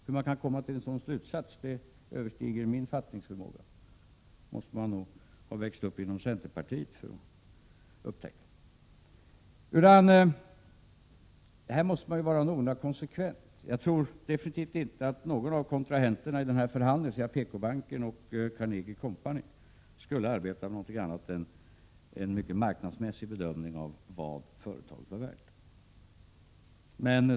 Hur man kan komma till en sådan slutsats överstiger min fattningsförmåga — man måste nog ha vuxit upp inom centerpartiet för att förstå det. Här måste man nog vara någorlunda konsekvent. Jag tror definitivt inte att någon av kontrahenterna, PKbanken och Carnegie & Co, skulle göra någon annan än en mycket marknadsmässig bedömning av vad företaget var värt.